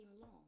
long